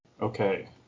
Okay